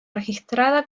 registrada